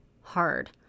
hard